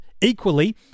Equally